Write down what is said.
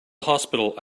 hospital